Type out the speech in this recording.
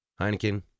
Heineken